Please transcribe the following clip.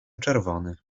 czerwony